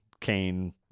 Kane